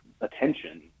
attention